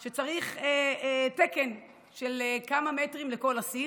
שצריך תקן של כמה מטרים לכל אסיר,